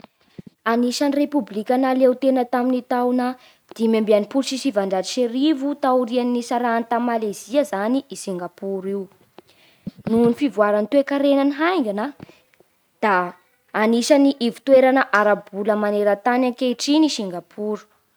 Anisan'ny repoblika nahaleo-tena tamin'ny taogna dimy amby enimpolo sy sivanjato sy arivo taorian'ny nisarahany tamin'i Malezia zany i Singapour io. Noho ny fivoaran'ny toe-karenagny haingana da anisan'ny ivo toerana ara-bola maneran-tany ankehitriny i Singapour.